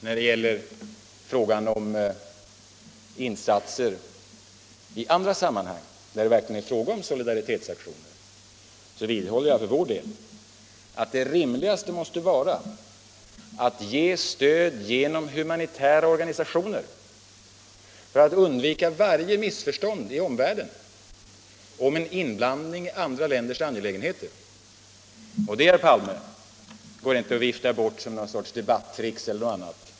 När det gäller insatser i andra sammanhang, där det verkligen är fråga om solidaritetsaktioner, vidhåller jag för vår del att det rimligaste måste vara att ge stöd genom humanitära organisationer för att undvika varje missförstånd i omvärlden om en inblandning i andra länders angelägenheter. Detta, herr Palme, går inte att vifta bort som något slags debattrick eller dylikt.